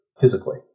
physically